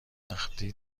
وقتی